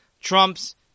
Trump's